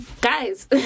guys